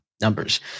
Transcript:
numbers